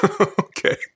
Okay